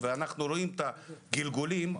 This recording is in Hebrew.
אנחנו רואים את הגלגולים.